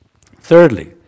Thirdly